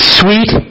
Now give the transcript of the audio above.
sweet